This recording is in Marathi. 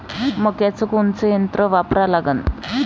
मक्याचं कोनचं यंत्र वापरा लागन?